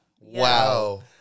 Wow